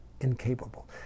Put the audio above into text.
incapable